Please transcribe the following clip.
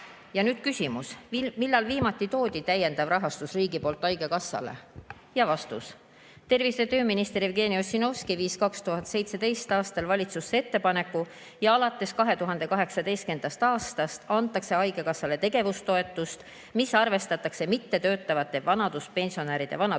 Ja nüüd küsimus: millal viimati toodi täiendav rahastus riigi poolt haigekassale? Ja vastus. Tervise- ja tööminister Jevgeni Ossinovski viis 2017. aastal valitsusse ettepaneku ja alates 2018. aastast antakse haigekassale tegevustoetust, mis arvestatakse mittetöötavate vanaduspensionäride vanaduspensionidelt.